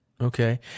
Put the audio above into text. Okay